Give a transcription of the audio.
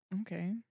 Okay